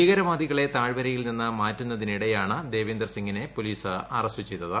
ഭീകരവാദികളെ താഴ്വരയിൽ നിന്ന് മാറ്റുന്നതിനിടെയാണ് ദേവീന്ദർ സിംഗിനെ പോലീസ് അറസ്റ്റ് ചെയ്തത്